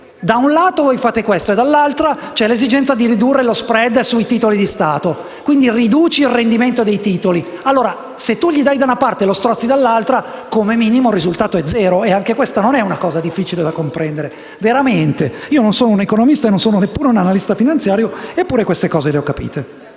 da un lato, voi fate questo e, dall'altro, c'è l'esigenza di ridurre lo spread sui titoli di Stato. Quindi, si riduce il rendimento dei titoli; allora, se si dà da una parte e si strozza dall'altra, come minimo il risultato è zero. Anche questa non è molto difficile da comprendere; io non sono né un economista e neppure un analista finanziario, eppure queste cose le ho capite.